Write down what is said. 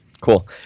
Cool